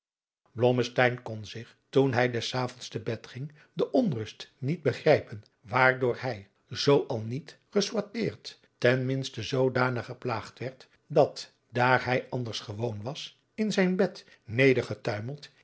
kon zich toen hij des avonds te bed ging de onrust niet begrijpen waardoor hij zoo al niet gesoiterd ten minste zoodanig geplaagd werd dat daar hij anadriaan loosjes pzn het leven van johannes wouter blommesteyn ders gewoon was in zijn bed